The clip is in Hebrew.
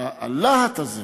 הלהט הזה